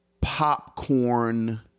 popcorn